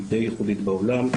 שהיא די ייחודית בעולם.